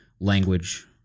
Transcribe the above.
language